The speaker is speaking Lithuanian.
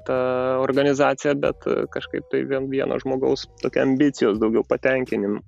tą organizaciją bet kažkaip tai vie vieno žmogaus tokio ambicijos daugiau patenkinimo